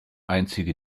einzige